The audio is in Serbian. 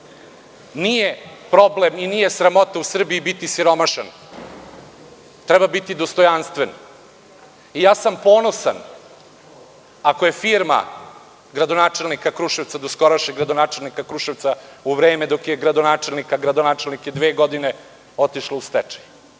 problem i nije sramota u Srbiji biti siromašan, treba biti dostojanstven. Ja sam ponosan, ako je firma doskorašnjeg gradonačelnika Kruševca, u vreme dok je gradonačelnik, a gradonačelnik je dve godine, otišla u stečaj.